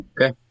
Okay